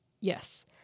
Yes